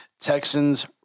Texans